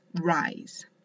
rise